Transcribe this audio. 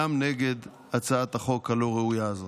גם נגד הצעת החוק הלא-ראויה הזאת.